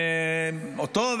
שמענו אותו,